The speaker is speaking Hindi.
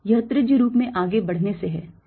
यह त्रिज्य रूप में आगे बढ़ने से है